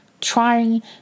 trying